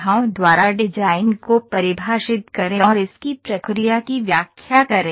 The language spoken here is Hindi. सुविधाओं द्वारा डिजाइन को परिभाषित करें और इसकी प्रक्रिया की व्याख्या करें